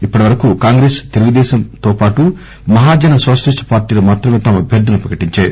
ఇప్పటివరకు కాంగ్రెస్ తెలుగు దేశంతో పాటు మహాజన సోషలిస్ట్ పార్లీలు మాత్రమే తమ అభ్యర్దులను ప్రకటించాయి